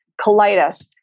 colitis